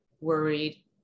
worried